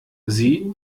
sie